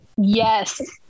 Yes